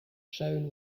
shown